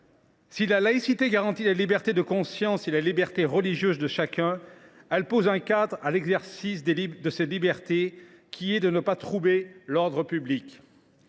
Si la laïcité garantit la liberté de conscience et la liberté religieuse de chacun, elle pose un cadre à l’exercice desdites libertés : ne pas troubler l’ordre public.